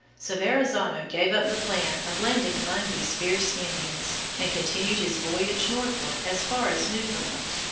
so verrazzano gave up the plan of landing among these fierce indians, and continued his voyage northward as far as newfoundland.